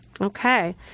Okay